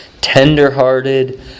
tenderhearted